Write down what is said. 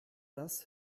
das